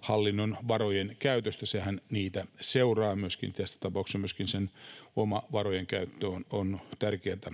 hallinnon varojen käytöstä. Sehän näitä seuraa. Tässä tapauksessa on tärkeätä